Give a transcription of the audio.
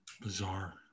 Bizarre